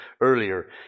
earlier